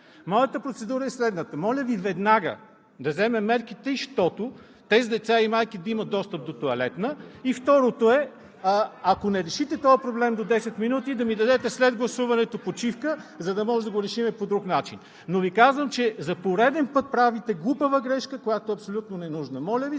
Моята процедура е следната: моля Ви веднага да вземем мерки, тъй щото тези деца и майки да имат достъп до тоалетна. И второто е – ако не решите този проблем до 10 минути, да дадете след гласуването почивка, за да може да го решим по друг начин. Но Ви казвам, че за пореден път правите глупава грешка, която е абсолютно ненужна. Моля Ви,